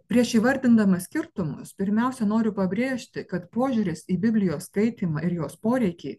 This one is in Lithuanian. prieš įvardindamas skirtumus pirmiausia noriu pabrėžti kad požiūris į biblijos skaitymą ir jos poreikiai